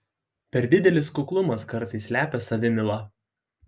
per didelis kuklumas kartais slepia savimylą